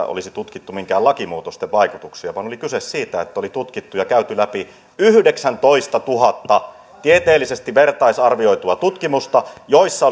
olisi tutkittu minkään lakimuutosten vaikutuksia vaan oli kyse siitä että oli tutkittu ja käyty läpi yhdeksäntoistatuhatta tieteellisesti vertaisarvioitua tutkimusta joissa